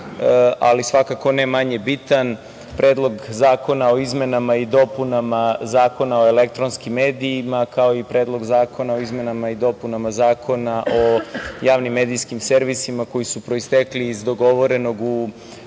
ali svakako ne manje bitan Predlog zakona o izmenama i dopunama Zakona o elektronskim medijima, kao i Predlog zakona o izmenama i dopunama Zakona o javnim medijskim servisima, koji su proistekli iz dogovornog, u